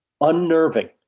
unnerving